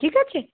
ঠিক আছে